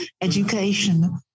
education